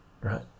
right